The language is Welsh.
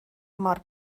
mor